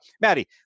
Maddie